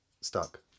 stuck